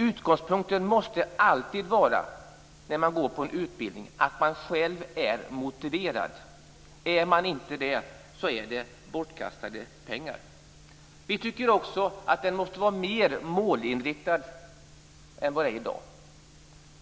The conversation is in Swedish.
Utgångspunkten när man deltar i en utbildning måste alltid vara att man själv är motiverad. Är man inte det är det bortkastade pengar. Kunskapslyftet måste vara mer målinriktat än i dag.